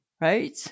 Right